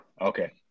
Okay